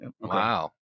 Wow